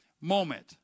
moment